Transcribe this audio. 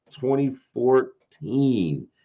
2014